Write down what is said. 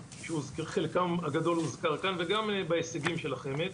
שחלקם הגדול הוזכר כאן וגם בהישגים של החמ"ד.